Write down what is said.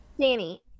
Danny